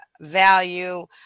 value